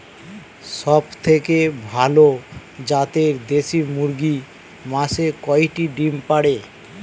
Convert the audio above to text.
সবথেকে ভালো জাতের দেশি মুরগি মাসে কয়টি ডিম পাড়ে?